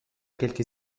quelques